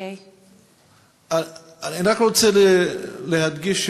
אני רק רוצה להדגיש,